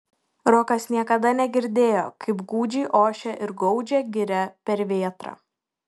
rokas niekada negirdėjo kaip gūdžiai ošia ir gaudžia giria per vėtrą